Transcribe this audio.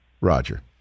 Roger